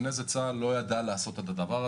לפני זה צה"ל לא ידע לעשות את זה,